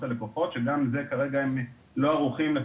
הלקוחות והם לא ערוכים לקלוט אותו כרגע,